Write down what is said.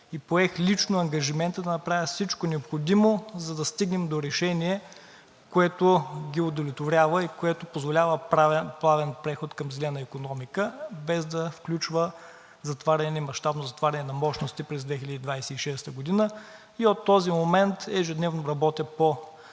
и поех лично ангажимента да направя всичко необходимо, за да стигнем до решение, което ги удовлетворява и което позволява плавен преход към зелена икономика, без да включва мащабно затваряне на мощностите през 2026 г. И от този момент ежедневно работя по